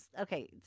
okay